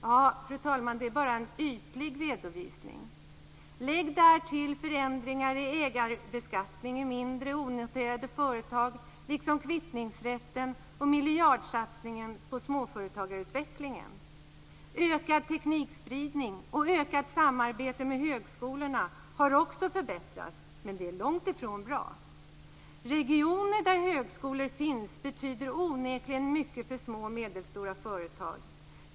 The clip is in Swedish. Det är, fru talman, bara en ytlig redovisning. Lägg därtill förändringar vad gäller ägarbeskattningen i mindre, onoterade företag, liksom kvittningsrätten och miljardsatsningen på småföretagarutveckling. Ökad teknikspridning och ökat samarbete med högskolorna innebär också förbättringar. Men det är långtifrån bra. I regioner där högskolor finns betyder dessa onekligen mycket för små och medelstora företag.